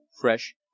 fresh